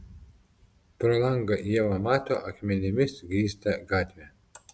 pro langą ieva mato akmenimis grįstą gatvę